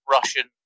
Russian